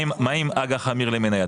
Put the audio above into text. מה עם אג"ח עמיר למניה,